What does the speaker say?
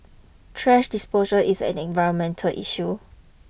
trash disposal is an environmental issue